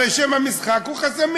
הרי שם המשחק הוא חסמים: